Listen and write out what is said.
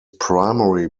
primary